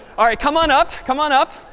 all right, come on up. come on up.